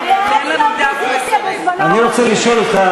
אני רוצה לשאול אותך,